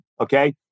okay